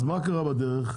אז מה קרה בדרך?